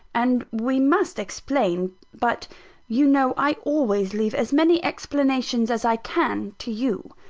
and we must explain but you know i always leave as many explanations as i can to you.